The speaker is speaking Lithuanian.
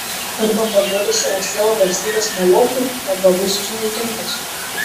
arba parduodi savo sielą valstybės molochui arba būsi sunaikintas